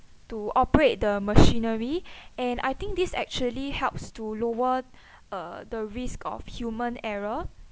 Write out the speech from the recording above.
to operate the machinery and I think this actually helps to lower uh the risk of human error